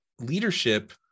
leadership